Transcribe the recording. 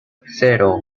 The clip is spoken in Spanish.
cero